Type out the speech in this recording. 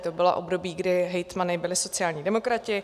To bylo období, kdy hejtmany byli sociální demokraté.